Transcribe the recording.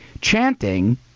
chanting